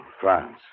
France